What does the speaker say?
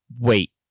Wait